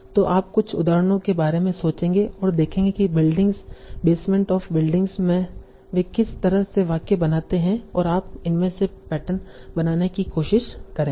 तो आप कुछ उदाहरणों के बारे में सोचेंगे और देखेंगे कि बिल्डिंग्स बेसमेंट ऑफ़ बिल्डिंग में वे किस तरह के वाक्य बनाते हैं और आप इनमें से पैटर्न बनाने की कोशिश करेंगे